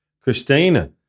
Christina